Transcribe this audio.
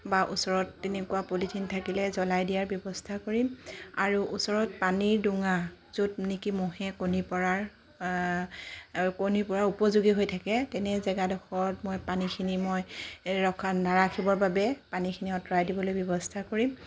বা ওচৰত তেনেকুৱা পলিথিন থাকিলে জ্বলাই দিয়া ব্যৱস্থা কৰিম আৰু ওচৰত পানীৰ ডোঙা য'ত নেকি ম'হে কণী পৰাৰ ম'হে কণী পৰাৰ উপযোগী হৈ থাকে তেনে জাগাডোখৰত মই পানীখিনি মই ৰখা নাৰাখিবৰ বাবে পানীখিনি আঁতৰাই দিবলৈ ব্যৱস্থা কৰিম